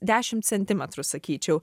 dešim centimetrų sakyčiau